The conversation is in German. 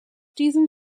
diesem